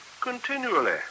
Continually